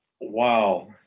wow